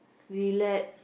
relax